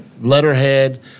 letterhead